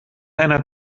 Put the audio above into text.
einer